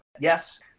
Yes